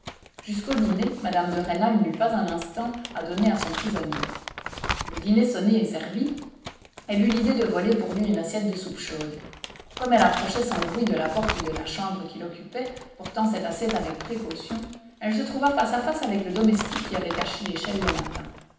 jusqu'au dîner mme de rênal n'eut pas un instant à donner à son prisonnier le dîner sonné et servi elle eut l'idée de voler pour lui une assiette de soupe chaude comme elle approchait sans bruit de la porte de la chambre qu'il occupait portant cette assiette avec précaution elle se trouva face à face avec le domestique qui avait caché l'échelle le matin